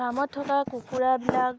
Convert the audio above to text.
কামত থকা কুকুৰাবিলাক